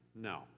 No